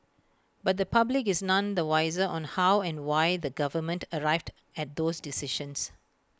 but the public is none the wiser on how and why the government arrived at those decisions